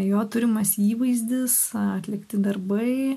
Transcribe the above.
jo turimas įvaizdis atlikti darbai